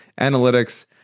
analytics